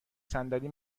صندلی